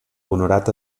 honorat